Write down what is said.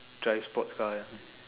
drive sports car